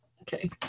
Okay